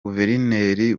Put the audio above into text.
guverineri